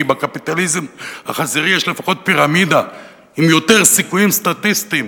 כי בקפיטליזם החזירי יש לפחות פירמידה עם יותר סיכויים סטטיסטיים.